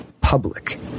public